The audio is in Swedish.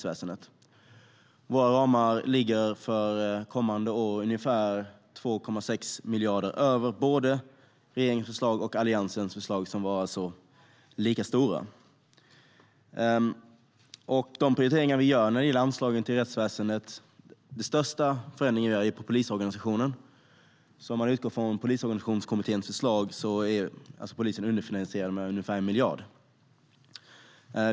Våra ramar ligger för kommande år ungefär 2,6 miljarder över både regeringens och Alliansens förslag, som var lika stora.I de prioriteringar vi gör i anslaget till rättsväsendet gäller den största förändringen polisorganisationen. Utgår man från Polisorganisationskommitténs förslag är polisen underfinansierad med ungefär 1 miljard.